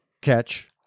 catch